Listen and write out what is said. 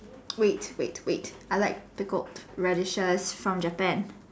wait wait wait I like pickled radishes from Japan